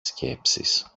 σκέψεις